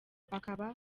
akaba